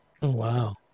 wow